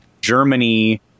Germany